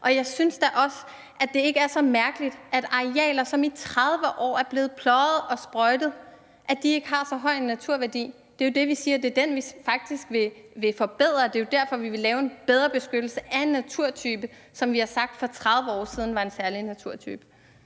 Jeg synes da ikke, at det er så mærkeligt, at arealer, som i 30 år er blevet pløjet og sprøjtet, ikke har så høj en naturværdi, og det er jo faktisk dem, som vi siger at vi vil forbedre. Det er jo derfor, vi vil lave en bedre beskyttelse af en naturtype, som vi for 30 år siden har sagt var en særlig naturtype.